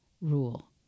rule